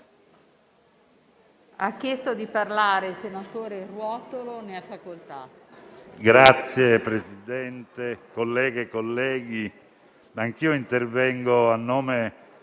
Signor Presidente, colleghe e colleghi, anch'io intervengo a nome